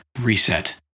Reset